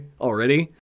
already